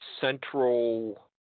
central